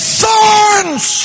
thorns